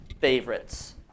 favorites